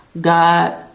god